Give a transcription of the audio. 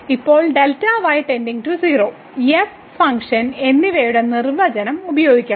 ഇപ്പോൾ f function എന്നിവയുടെ നിർവചനം ഉപയോഗിക്കണം